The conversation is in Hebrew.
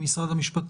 ואת משרד המשפטים,